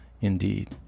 Indeed